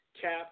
Cap